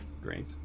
Great